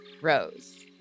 rose